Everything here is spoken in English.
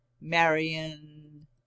Marion